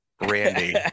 Randy